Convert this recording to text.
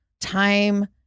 time